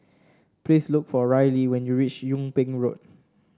please look for Rylee when you reach Yung Ping Road